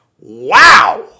Wow